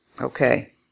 okay